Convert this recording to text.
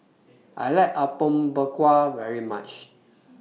I like Apom Berkuah very much